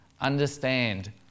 understand